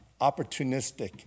opportunistic